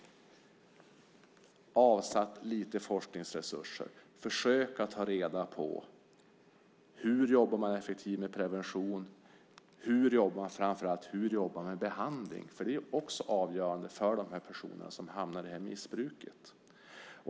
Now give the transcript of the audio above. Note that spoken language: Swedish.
Man kunde ha avsatt lite forskningsresurser för att försöka ta reda på hur man jobbar effektivt med prevention och framför allt hur man jobbar med behandling. Det är också avgörande för de personer som hamnar i det här missbruket.